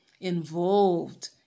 involved